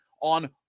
on